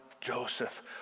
Joseph